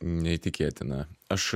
neįtikėtina aš